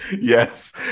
Yes